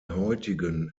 heutigen